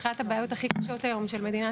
אחד הבעיות הכי קשות היום של מדינת ישראל